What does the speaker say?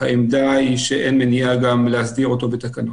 העמדה היא שאין מניעה גם להסדיר אותו בתקנות.